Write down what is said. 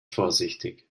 vorsichtig